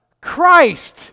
Christ